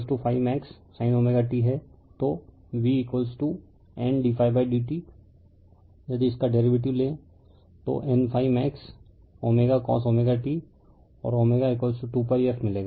तो V N d ∅ d t यदि इसका डेरीवेटिव लें तो N∅ max cos t और 2 pi f मिलेगा